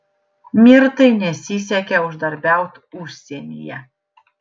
mirtai nesisekė uždarbiaut užsienyje